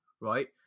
right